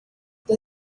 they